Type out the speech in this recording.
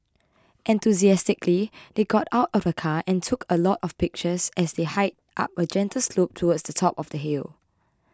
enthusiastically they got out of the car and took a lot of pictures as they hiked up a gentle slope towards the top of the hill